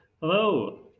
Hello